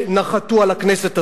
שנחתו על הכנסת הזאת,